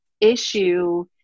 issue